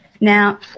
Now